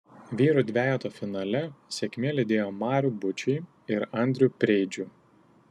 vyrų dvejeto finale sėkmė lydėjo marių bučį ir andrių preidžių